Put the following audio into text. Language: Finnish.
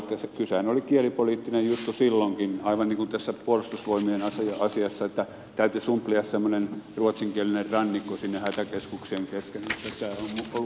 kysehän oli kielipoliittisesta jutusta silloinkin aivan niin kuin tässä puolustusvoimien asiassa että täytyi sumplia semmoinen ruotsinkielinen rannikko sinne hätäkeskuksien keskelle